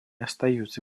остается